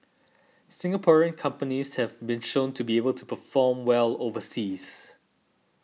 Singaporean companies have been shown to be able to perform well overseas